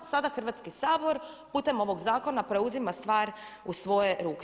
Sada Hrvatski sabor putem ovog zakona preuzima stvar u svoje ruke.